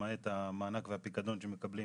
למעט המענה והפיקדון שמקבלים